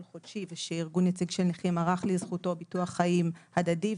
חודשי ושארגון נציג של נכים ערך לזכותו ביטוח חיים הדדי,